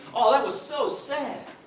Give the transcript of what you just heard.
aww, that was so sad!